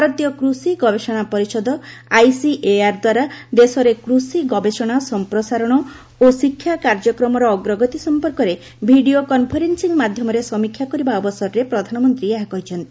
ଭାରତୀୟ କୃଷି ଗବେଷଣା ପରିଷଦ ଆଇସିଏଆର୍ ଦ୍ୱାରା ଦେଶରେ କୃଷି ଗବେଷଣା ସଫପ୍ରସାରଣ ଓ ଶିକ୍ଷା କାର୍ଯ୍ୟକ୍ରମର ଅଗ୍ରଗତି ସଫପର୍କରେ ଭିଡ଼ିଓ କନ୍ଫରେନ୍ସିଂ ମାଧ୍ୟମରେ ସମୀକ୍ଷା କରିବା ଅବସରରେ ପ୍ରଧାନମନ୍ତ୍ରୀ ଏହା କହିଛନ୍ତି